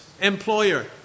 Employer